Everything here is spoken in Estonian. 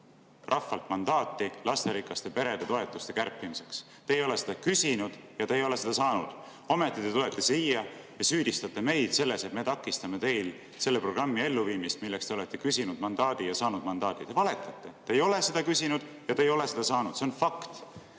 rahvalt mandaati lasterikaste perede toetuste kärpimiseks. Te ei ole seda küsinud ja te ei ole seda saanud. Ometi te tulete siia ja süüdistate meid selles, et me takistame teil selle programmi elluviimist, milleks te olete küsinud mandaati ja saanud mandaadi. Te valetate. Te ei ole seda küsinud ja te ei ole seda saanud. See on fakt. Ja